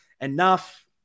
enough